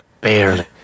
Barely